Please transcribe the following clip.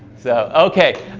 so okay